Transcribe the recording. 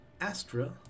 Astra